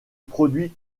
produit